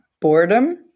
boredom